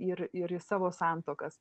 ir ir į savo santuokas